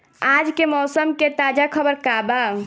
आज के मौसम के ताजा खबर का बा?